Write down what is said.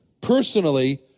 personally